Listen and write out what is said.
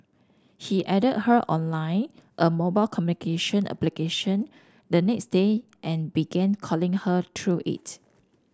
he added her on line a mobile communication application the next day and began calling her through it